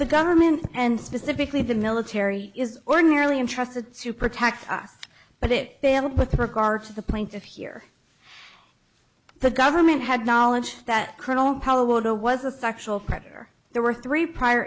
the government and specifically the military is ordinarily entrusted to protect us but it failed with regard to the plaintiff here the government had knowledge that colonel paul waldo was a sexual predator there were three prior